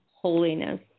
holiness